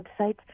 websites